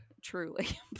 truly